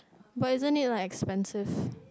but isn't it like expensive